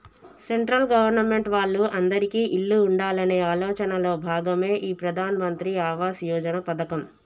central government వాళ్ళు అందిరికీ ఇల్లు ఉండాలనే ఆలోచనలో భాగమే ఈ ప్రధాన్ మంత్రి ఆవాస్ యోజన పథకం